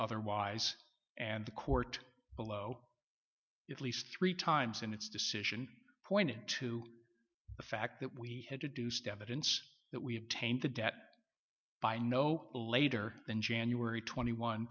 otherwise and the court below at least three times and its decision point to the fact that we had to do step in that we had taint the debt by no later than january twenty one